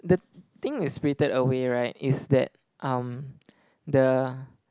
the thing with spirited away right is that um the